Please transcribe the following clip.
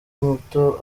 muto